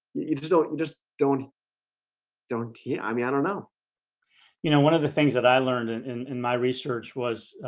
you just don't you just don't don't he i mean, i don't know you know, one of the things that i learned in and in my research was